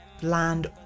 bland